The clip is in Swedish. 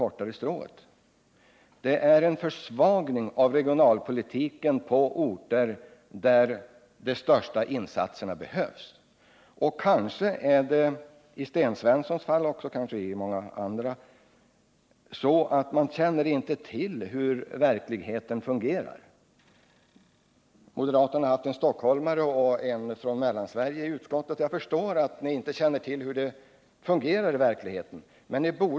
Förslaget innebär en försvagning på orter där de största insatserna behövs. Men kanske är det så i Sten Svenssons fall och också i fråga om många andra att man inte känner till hur verkligheten fungerar. Moderaterna har representerats i utskottet av en stockholmare och en ledamot från Mellansverige. Det är förståeligt att ni inte känner till hur det fungerar i verkligheten.